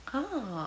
ah